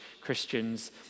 Christians